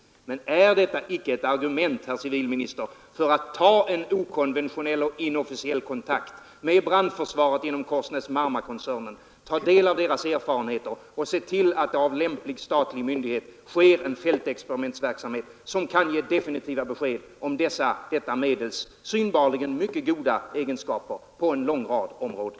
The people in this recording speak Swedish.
Är detta icke ett argument, herr civilminister, för att ta en okonventionell och inofficiell kontakt med brandförsvaret inom Korsnäs--Marma-koncernen för att ta del av dess erfarenheter och se till att en lämplig statlig myndighet ordnar fältexperimentverksamhet, som kan ge definitivt besked om barkens synbarligen mycket goda egenskaper på en lång rad områden?